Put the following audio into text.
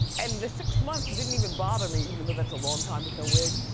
and the six months didn't even bother me, even though that's a long time with no wig.